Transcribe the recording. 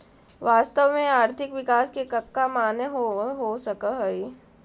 वास्तव में आर्थिक विकास के कका माने हो सकऽ हइ?